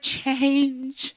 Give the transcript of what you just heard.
change